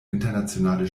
internationale